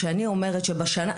כשאני אומרת שבשנה,